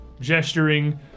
gesturing